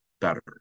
better